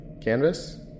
canvas